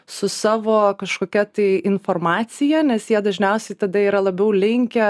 su savo kažkokia tai informacija nes jie dažniausiai tada yra labiau linkę